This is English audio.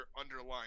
underlying